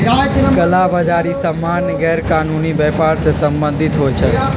कला बजारि सामान्य गैरकानूनी व्यापर से सम्बंधित होइ छइ